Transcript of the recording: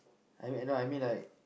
I mean I know I mean like